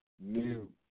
new